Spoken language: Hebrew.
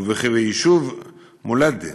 וכי ביישוב מולדה